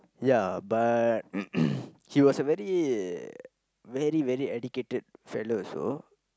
ya but he was a very very very educated fellow also